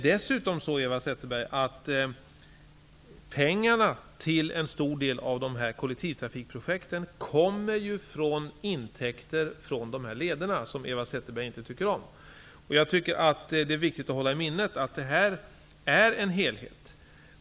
Dessutom kommer pengarna till en stor del av de här kollektivtrafikprojekten från intäkter av de leder som Eva Zetterberg inte tycker om. Det är viktigt att hålla i minnet att det här är en helhet.